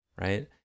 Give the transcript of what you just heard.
right